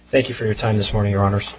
thank you for your time this morning your hono